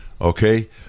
okay